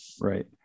right